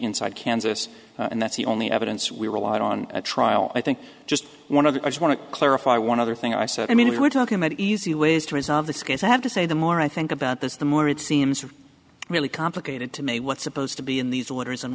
inside kansas and that's the only evidence we relied on a trial i think just one of the i just want to clarify one other thing i said i mean we were talking about easy ways to resolve this case i have to say the more i think about this the more it seems really complicated to me what's supposed to be in these letters and